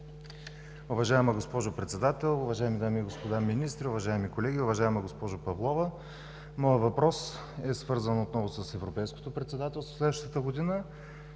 Уважаема госпожо Председател, уважаеми дами и господа министри, уважаеми колеги, уважаема госпожо Павлова! Моят въпрос е свързан отново с европейското председателство през следващата година